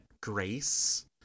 grace